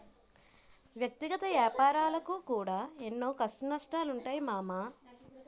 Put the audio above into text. వ్యక్తిగత ఏపారాలకు కూడా ఎన్నో కష్టనష్టాలుంటయ్ మామా